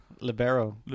Libero